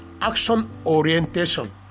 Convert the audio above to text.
action-orientation